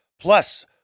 Plus